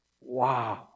Wow